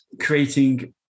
creating